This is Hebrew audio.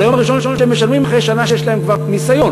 אבל היום הראשון שהם משלמים זה אחרי שנה שיש להם כבר ניסיון,